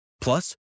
Plus